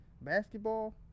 basketball